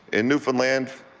in newfoundland,